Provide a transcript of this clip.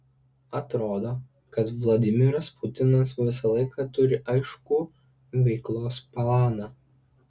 atrodo kad vladimiras putinas visą laiką turi aiškų veiklos planą